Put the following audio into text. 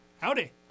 Howdy